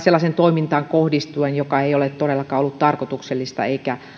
sellaiseen toimintaan kohdistuen joka ei ole todellakaan ollut tarkoituksellista eikä